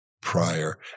prior